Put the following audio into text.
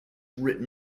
written